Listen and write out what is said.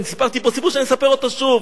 סיפרתי פה סיפור שאספר אותו שוב: